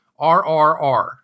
RRR